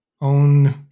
own